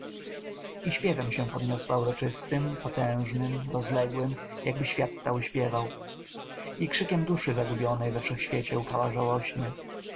i śpiewem się podniosła uroczystym potężnym rozległym jakby świat cały śpiewał i krzykiem duszy zagubionej we wszechświecie łkała żałośnie